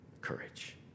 courage